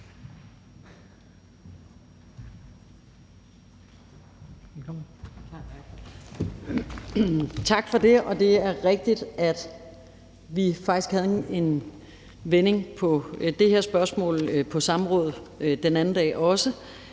Tak for det, og det er faktisk rigtigt, at vi også havde en vending af det her spørgsmål på samrådet den anden dag, og